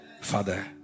Father